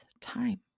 time